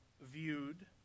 viewed